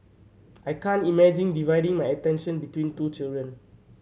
I can't imagine dividing my attention between two children